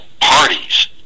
parties